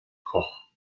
koch